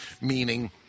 meaning